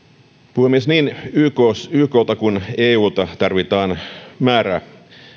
puhemies niin yklta kuin eulta tarvitaan